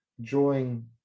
drawing